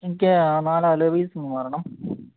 എനിക്ക് ആ നാല് അലോയ് വീൽസ് ഒന്ന് മാറണം